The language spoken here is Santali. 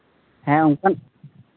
ᱦᱮᱸ ᱚᱱᱠᱟᱱ